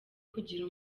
kugira